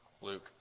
Luke